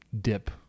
dip